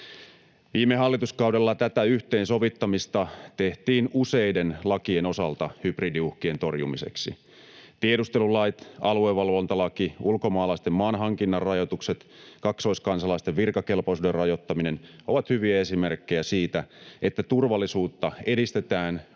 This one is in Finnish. Viime hallituskaudella tätä yhteensovittamista tehtiin useiden lakien osalta hybridiuhkien torjumiseksi. Tiedustelulait, aluevalvontalaki, ulkomaalaisten maanhankinnan rajoitukset ja kaksoiskansalaisten virkakelpoisuuden rajoittaminen ovat hyviä esimerkkejä siitä, että turvallisuutta edistetään oikeusvaltion